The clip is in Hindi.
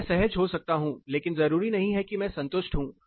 मैं सहज हो सकता हूं लेकिन जरूरी नहीं है कि मैं संतुष्ट हूं